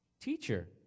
teacher